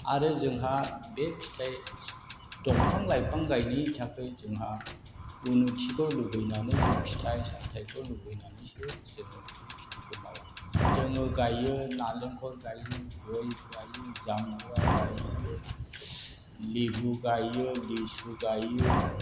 आरो जोंहा बे फिथाइ दंफां लाइफां गायनायनि थाखाय जोंहा उन्नतिखौ लुबैनानै जों फिथाइ सामथायखौ लुबैनानैसो जोङो बे खेतिखौ मावो जोङो गायो नालेंखर गायो गय गायो जामुवा गायो लेबु गायो लिसु गायो